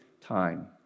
time